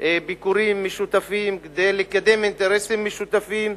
ביקורים משותפים, כדי לקדם אינטרסים משותפים.